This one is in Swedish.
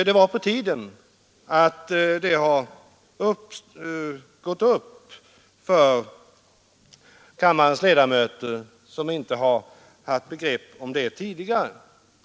Det var på tiden att detta gick upp för dem av kammarens ledamöter som inte insett det tidigare.